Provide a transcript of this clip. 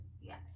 Yes